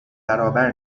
برابر